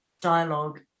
dialogue